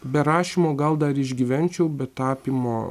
be rašymo gal dar išgyvenčiau be tapymo